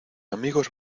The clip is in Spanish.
amigos